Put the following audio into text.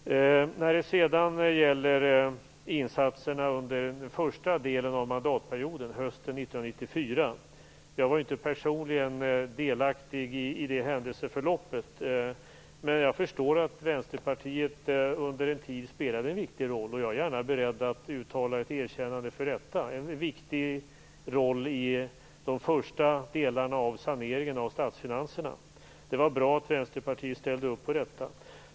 När det sedan gäller insatserna under den första delen av mandatperioden, hösten 1994, var jag inte personligen delaktig i det händelseförloppet, men jag förstår att Vänsterpartiet under en tid spelade en viktig roll i de första delarna av saneringen av statsfinanserna. Jag är gärna beredd att uttala ett erkännande för detta. Det var bra att Vänsterpartiet ställde upp på det.